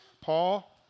Paul